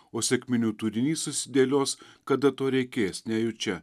o sekminių turinys susidėlios kada to reikės nejučia